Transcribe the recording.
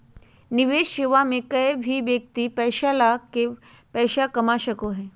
निवेश सेवा मे कोय भी व्यक्ति पैसा लगा के पैसा कमा सको हय